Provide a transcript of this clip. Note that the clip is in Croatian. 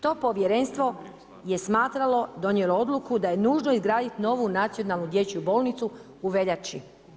To povjerenstvo, je smatralo, donijelo odluku, da je nužno izgraditi novu nacionalnu dječju bolnicu u veljači.